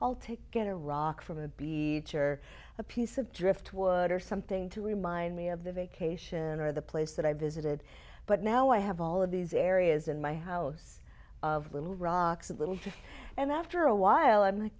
i'll take it a rock from the beach or a piece of driftwood or something to remind me of the vacation or the place that i visited but now i have all of these areas in my house of little rocks and little and after a while i'm like